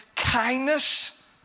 kindness